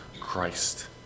Christ